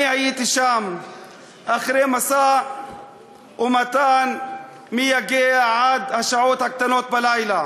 הייתי שם אחרי משא-ומתן מייגע עד השעות הקטנות בלילה.